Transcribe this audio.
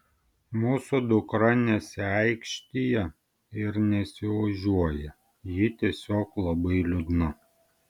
mūsų dukra nesiaikštija ir nesiožiuoja ji tiesiog labai liūdna